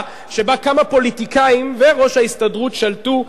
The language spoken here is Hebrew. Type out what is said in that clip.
שבה כמה פוליטיקאים וראש ההסתדרות שלטו.